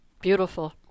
beautiful